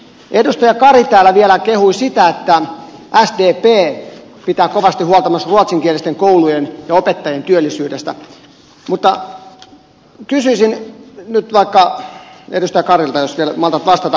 edustaja kari täällä vielä kehui sitä että sdp pitää kovasti huolta myös ruotsinkielisistä kouluista ja niiden opettajien työllisyydestä mutta kysyisin nyt vaikka edustaja karilta jos vielä maltat vastata